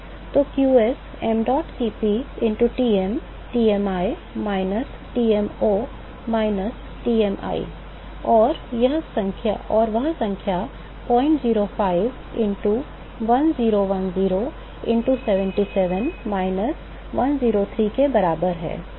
तो qs mdot Cp into Tm Tmi minus Tmo minus Tmi और वह संख्या 005 into 1010 into 77 minus 103 के बराबर है